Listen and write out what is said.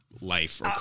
life